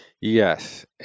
Yes